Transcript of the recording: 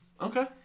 Okay